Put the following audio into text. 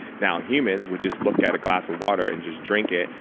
now, humans, we just look at a glass of water and just drink it,